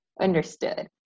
Understood